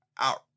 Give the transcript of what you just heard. out